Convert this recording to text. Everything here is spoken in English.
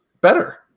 better